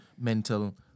mental